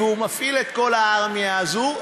והוא מפעיל את כל הארמייה הזו,